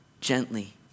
gently